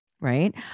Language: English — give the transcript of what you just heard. Right